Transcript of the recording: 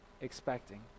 expecting